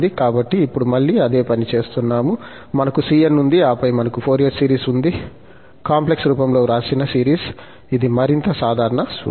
కాబట్టి ఇప్పుడు మళ్ళీ అదే పని చేస్తున్నాము మనకు cn ఉంది ఆపై మనకు ఫోరియర్ సిరీస్ ఉంది కాంప్లెక్స్ రూపంలో వ్రాసిన సిరీస్ ఇది మరింత సాధారణ సూత్రం